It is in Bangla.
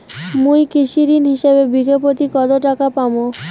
মুই কৃষি ঋণ হিসাবে বিঘা প্রতি কতো টাকা পাম?